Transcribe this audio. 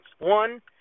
One